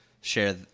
share